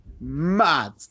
mad